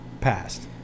passed